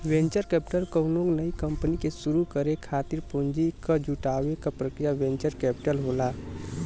venture capital कउनो नई company के शुरू करे खातिर पूंजी क जुटावे क प्रक्रिया वेंचर कैपिटल होला